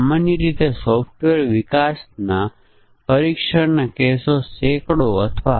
અન્ય સંબંધિત સંયુક્ત પરીક્ષણ કારણ અસર ગ્રાફ છે